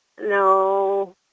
no